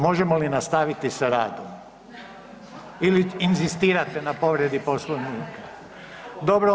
Možemo li nastaviti sa radom ili inzistirate na povredi Poslovnika? … [[Upadica se ne razumije.]] Dobro.